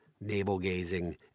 navel-gazing